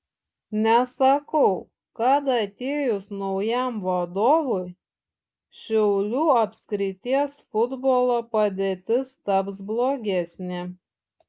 nesakau kad atėjus naujam vadovui šiaulių apskrities futbolo padėtis taps blogesnė